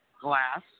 glass